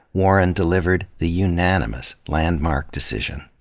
warren delivered the unanimous landmark decision.